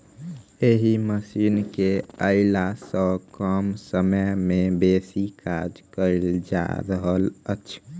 एहि मशीन केअयला सॅ कम समय मे बेसी काज कयल जा रहल अछि